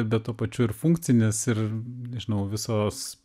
bet tuo pačiu ir funkcinis ir nežinau visos